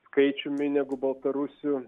skaičiumi negu baltarusių